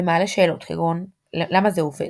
זה מעלה שאלות כגון למה זה עובד,